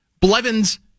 Blevins